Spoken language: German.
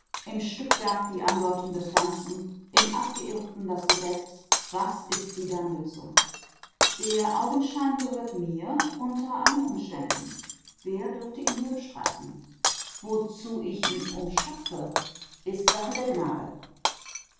im stückwerk die andeutung des ganzen im abgeirrten das gesetz was ist sie dann nütze der augenschein gehört mir unter allen umständen wer dürfte ihn mir bestreiten wozu ich ihn umschaffe ist sache der gnade